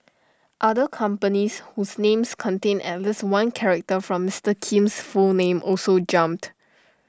other companies whose names contained at least one character from Mister Kim's full name also jumped